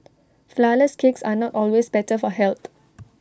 Flourless Cakes are not always better for health